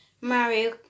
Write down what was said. Mario